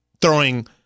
throwing